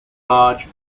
large